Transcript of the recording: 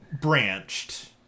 branched